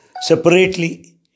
separately